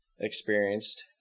experienced